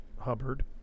Hubbard